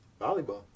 Volleyball